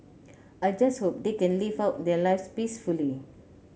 I just hope they can live out their lives peacefully